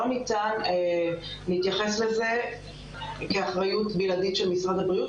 לא ניתן להתייחס לזה כאחריות בלעדית של משרד הבריאות,